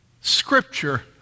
Scripture